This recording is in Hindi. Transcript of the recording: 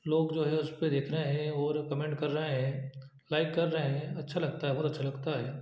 लोग जो है उस पर देख रहे हैं और कमेंट कर रहें हैं लाइक कर रहें हैं अच्छा लगता है बहुत अच्छा लगता है